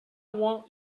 want